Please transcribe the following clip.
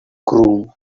groom